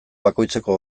bakoitzeko